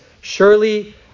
surely